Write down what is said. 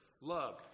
love